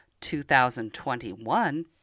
2021